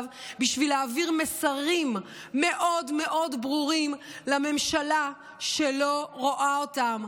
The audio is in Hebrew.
בשביל להעביר מסרים מאוד מאוד ברורים לממשלה שלא רואה אותם.